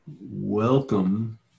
welcome